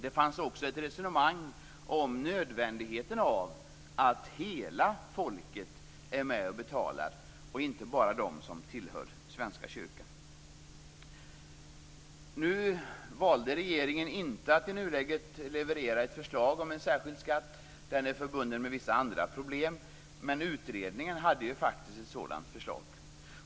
Det fanns också ett resonemang om nödvändigheten av att hela folket är med och betalar och inte bara de som tillhör Svenska kyrkan. Nu valde regeringen att i nuläget inte leverera ett förslag om en särskild skatt. Den är förbunden med vissa andra problem, men utredningen hade faktiskt ett sådant förslag.